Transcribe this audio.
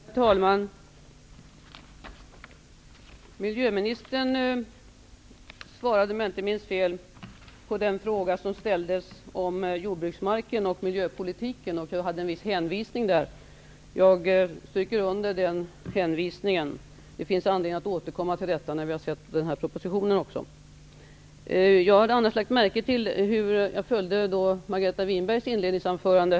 Herr talman! Miljöministern svarade, om jag inte minns fel, på den fråga som ställdes om jordbruksmarken och miljöpolitiken. Jag gjorde en viss hänvisning till det, och jag stryker under den hänvisningen. Det finns anledning att återkomma till detta när vi har sett propositionen. Jag lyssnade till Margareta Winbergs inledningsanförande.